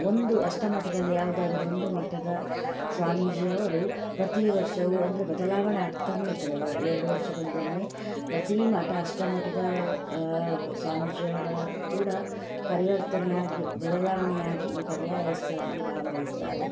ಒಂದು ಅಷ್ಟಮಠದಲ್ಲಿ ಯಾವುದಾದರು ಒಂದು ಮಠದ ಸ್ವಾಮೀಜಿಯವರು ಪ್ರತಿ ವರ್ಷವೂ ಅಂದರೆ ಬದಲಾವಣೆ ಆಗ್ತಾನೇ ಇರ್ತದೆ ಎರಡು ವರ್ಷಗಳಿಗೊಮ್ಮೆ ಪ್ರತಿ ಮಠ ಅಷ್ಟಮಠದ ಸ್ವಾಮೀಜಿಯವರು ಕೂಡ ಪರಿವರ್ತನೆ ಆಗಿ ಬದಲಾವಣೆ ಆಗಿ ಈ ಪರ್ಯಾಯ ಉತ್ಸವದಲ್ಲಿ ಭಾಗವಹಿಸ್ತಾರೆ